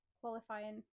qualifying